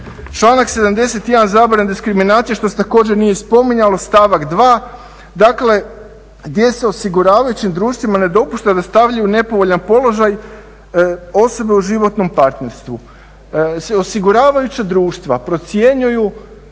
članak 71. zabrana diskriminacije što se također nije spominjalo, stavak 2. dakle gdje se osiguravajućim društvima ne dopušta da stavljaju u nepovoljan položaj osobe u životnom partnerstvu. Osiguravajuća društva procjenjuju